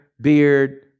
beard